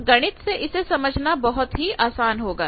तो गणित से इसे समझना बहुत ही आसान होगा